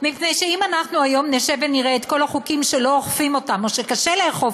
מפני שאם אנחנו היום נשב ונראה את כל החוקים שלא אוכפים או שקשה לאכוף,